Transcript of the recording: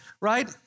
right